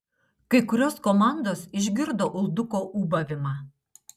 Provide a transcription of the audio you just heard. kai kurios komandos išgirdo ulduko ūbavimą